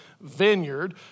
vineyard